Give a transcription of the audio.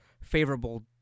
favorable